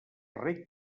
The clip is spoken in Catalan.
reg